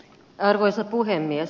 arvoisa puhemies